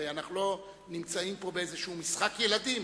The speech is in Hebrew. הרי אנחנו לא נמצאים פה באיזה משחק ילדים